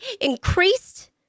increased